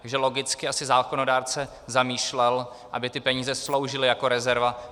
Takže logicky asi zákonodárce zamýšlel, aby ty peníze sloužily jako rezerva.